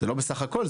זה לא בסך הכל,